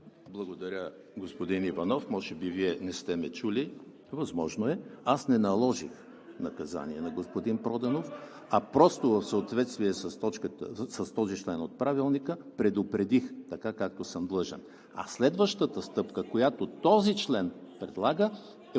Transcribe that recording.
Благодаря, господин Иванов. Възможно е Вие да не сте ме чули. Аз не наложих наказание на господин Проданов, а в съответствие с този член от Правилника, го предупредих така, както съм длъжен. Следващата стъпка, която този член предлага, е